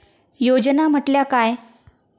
योजना म्हटल्या काय?